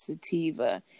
sativa